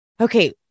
Okay